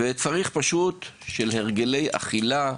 אז לכן צריך לטפל בנושא של הרגלי אכילה,